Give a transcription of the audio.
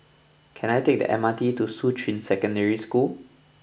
can I take the M R T to Shuqun Secondary School